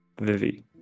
Vivi